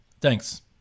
Thanks